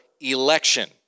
election